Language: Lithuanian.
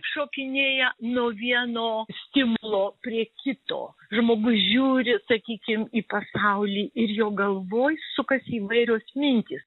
šokinėja nuo vieno stimulo prie kito žmogus žiūri sakykim į pasaulį ir jo galvoj sukasi įvairios mintys